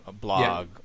blog